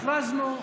הכרזנו.